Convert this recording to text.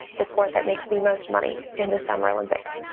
the sport that makes the most money in the summer olympics.